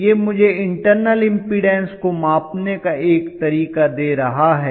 तो यह मुझे इंटरनल इम्पीडन्स को मापने का एक तरीका दे रहा है